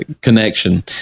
connection